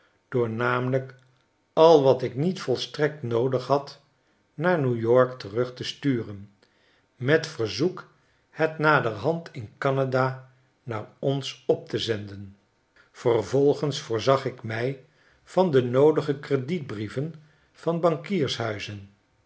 door namelijk al wat ik niet volstrekt noodig had naar new-york terug te sturen met verzoek het naderhand in canada naar ons op te zenden vervolgens voorzag ik mi van de noodige kredietbrieven van